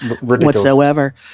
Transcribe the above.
whatsoever